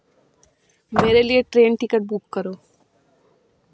मेरे लिए train ticket book करो